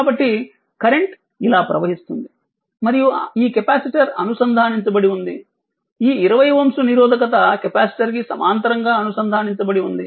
కాబట్టి కరెంట్ ఇలా ప్రవహిస్తుంది మరియు ఈ కెపాసిటర్ అనుసంధానించబడి ఉంది ఈ 20 Ω నిరోధకత కెపాసిటర్ కి సమాంతరంగా అనుసంధానించబడి ఉంది